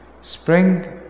Spring